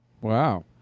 Wow